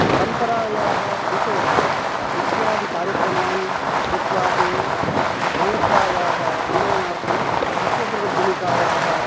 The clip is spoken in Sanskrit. परंपरायाः परिचयः इत्यादि कार्यक्रमान् कृत्वा ते गुणवत्तायाः उन्नयनार्थं महत्वपूर्णभूमिकायाः